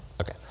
Okay